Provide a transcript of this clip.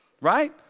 right